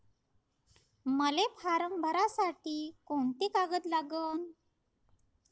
मले फारम भरासाठी कोंते कागद लागन?